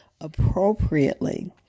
appropriately